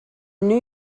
new